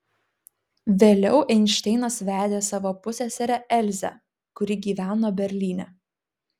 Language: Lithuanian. vėliau einšteinas vedė savo pusseserę elzę kuri gyveno berlyne